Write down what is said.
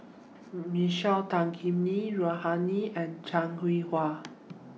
Michael Tan Kim Nei Rohani Din and Heng Cheng Hwa